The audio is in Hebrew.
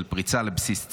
של פריצה לבסיס צה"ל,